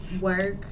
work